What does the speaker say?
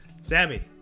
Sammy